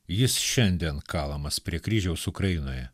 jis šiandien kalamas prie kryžiaus ukrainoje